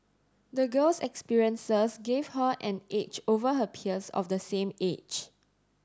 the girl's experiences gave her an edge over her peers of the same age